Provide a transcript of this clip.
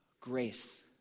grace